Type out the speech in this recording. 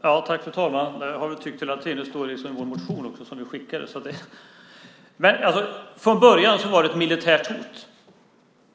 Fru talman! Detta har jag tyckt hela tiden. Det står också i vår motion. Från början handlade detta om ett militärt hot.